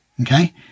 Okay